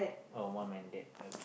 oh mum and dad okay